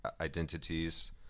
identities